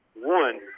one